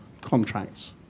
contracts